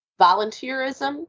volunteerism